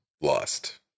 lost